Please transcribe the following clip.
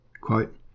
Quote